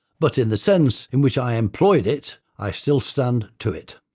but in the sense in which i employed it, i still stand to it.